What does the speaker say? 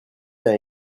n’a